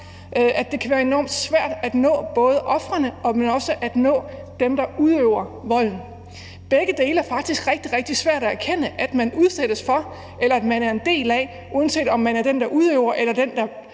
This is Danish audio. at det kan være enormt svært at nå både ofrene og dem, der udøver volden. For begges vedkommende er det faktisk rigtig, rigtig svært at erkende, at man er en del af det, uanset om man er den, der udøver, eller er den, der